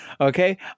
okay